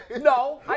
No